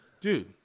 dude